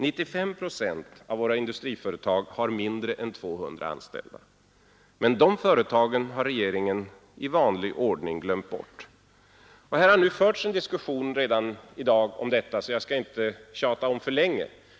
95 procent av våra industriföretag har mindre än 200 anställda, men de företagen har regeringen i vanlig ordning glömt bort. Här har redan förts en diskussion om detta i dag, så jag skall inte tjata om detta problem för länge.